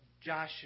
Joshua